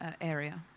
area